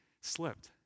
slipped